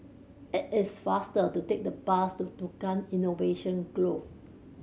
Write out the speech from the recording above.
it is faster to take the bus to Tukang Innovation Grove